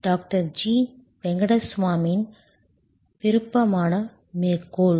doctor G வெங்கடசாமியின் விருப்பமான மேற்கோள்